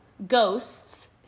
ghosts